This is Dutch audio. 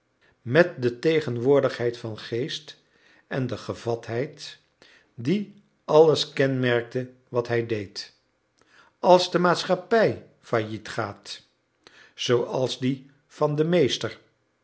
met de tegenwoordigheid van geest en de gevatheid die alles kenmerkte wat hij deed als de maatschappij failliet gaat zooals die van den meester